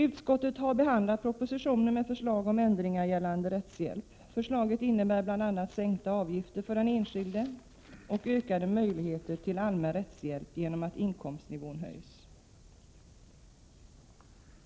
Utskottet har behandlat förslaget om ändringar i gällande rättshjälpslag. Förslaget innebär bl.a. sänkta avgifter för den enskilde och ökade möjligheter till allmän rättshjälp genom att inkomstnivån höjs.